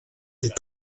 des